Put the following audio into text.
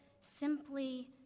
simply